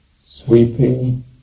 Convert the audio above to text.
sweeping